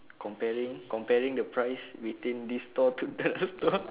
comparing comparing the price between this store to that store